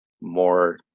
more